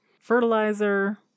fertilizer